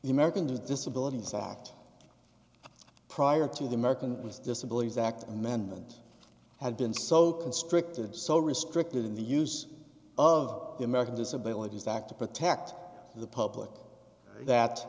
the americans with disabilities act prior to the american with disabilities act amendment had been so constricted so restricted in the use of the american disabilities act to protect the public that